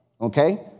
okay